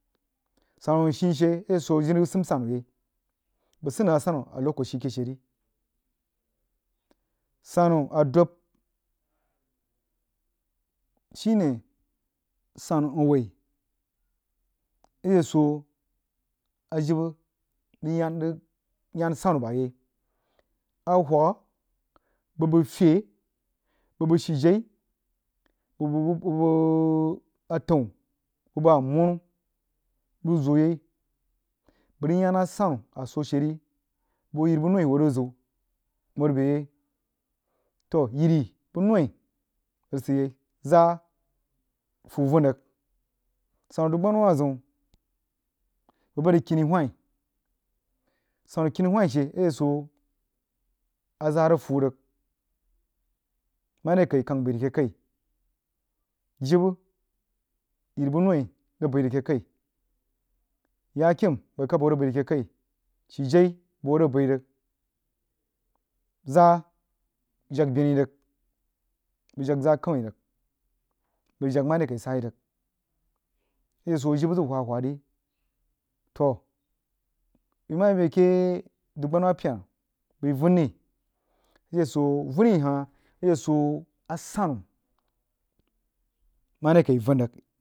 Sannu nshi she a swoh a jibə rig sən sannu yai bəg sən nah sannu a lokaci keh she ri sannu a dub shine sannu a whai a she swoh jibə rig yaan rig yein sannu bəg a yai a whagha bəbəg fye bəg-bəg shijai bəg-bəg buh-bəg-bəg a təun bəg-bəg amanu rig zoa yai bəg rig yaan nah sannu a swoh she ri bəg ho yin bəg noi rig sid yai zaah fuh vən rig sannu dub-gbanawa zəun bəg bahd yí kini hwani sannu kini hwani she a she swoh a zaah rig fuh rig mare kii kang bəi rig keh kai jibə yiri buh noi rig bəi rig keh kai yakim bəg khap ho rig bəi rig keh kai ghijai bəg ho rig bəí rig zaah jag beni rig bəg jag zaah kəimi rig bəg jag mare kai sai rig a she swoh a jibə zəg wha whah ri toh yi mah yi bəi a keh dab gbinawa pyena bəi vuni a she soh vumi hah a she swoh a sannu mare kai vən rig